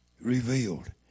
revealed